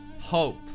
hope